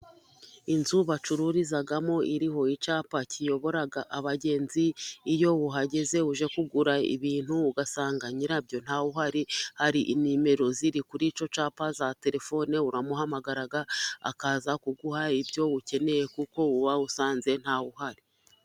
Inzu bacururizamo iriho icyapa kiyobora abagenzi, iyo uhageze uje kugura ibintu ugasanga nyirabyo ntawuhari hari nimero ziri kuri icyo cyapa za terefone uramuhamagara akaza kuguha ibyo ukeneye kuko uba usanze ntawuhari.